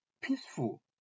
peaceful